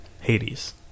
Hades